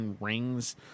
rings